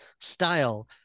style